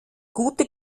gute